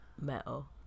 Metal